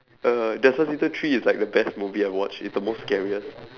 uh despacito three is like the best movie I've watched it's the most scariest